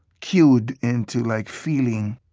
cued into like feeling,